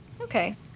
Okay